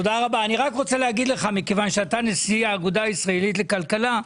כיוון שאתה נשיא האגודה הישראלית לכלכלה,